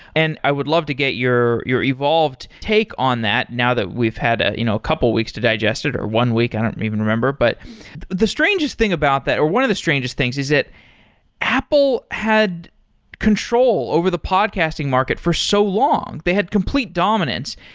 and i would love to get your your evolved take on that, now that we've had ah you know a couple weeks to digest it, or one week. i don't even remember. but the strangest thing about that, or one of the strangest things is that apple had control over the podcasting market for so long. they had complete dominance.